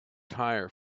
tire